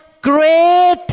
great